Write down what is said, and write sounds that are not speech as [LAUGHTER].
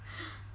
[BREATH]